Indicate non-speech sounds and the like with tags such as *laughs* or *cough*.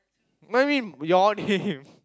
I mean your *laughs* name